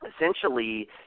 essentially